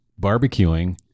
barbecuing